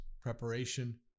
preparation